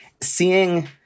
Seeing